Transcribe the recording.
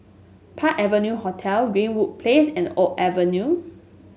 Park Avenue Hotel Greenwood Place and Oak Avenue